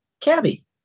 Cabby